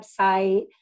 website